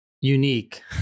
unique